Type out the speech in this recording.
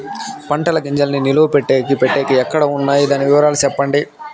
పంటల గింజల్ని నిలువ పెట్టేకి పెట్టేకి ఎక్కడ వున్నాయి? దాని వివరాలు సెప్పండి?